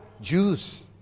Jews